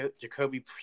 Jacoby